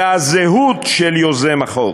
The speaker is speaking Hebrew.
אלא הזהות של יוזם החוק.